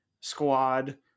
squad